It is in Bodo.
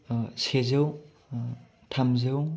सेजौ थामजौ